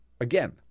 again